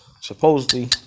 supposedly